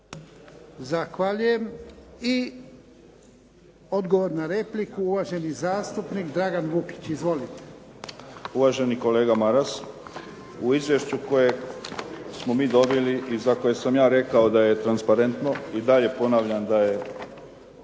Zahvaljujem. I odgovor na repliku, uvaženi zastupnik Dragan Vukić. Izvolite. **Vukić, Dragan (HDZ)** Uvaženi kolega Maras, u izvješću koje smo mi dobili i za koje sam ja rekao da je transparentno i dalje ponavljam da je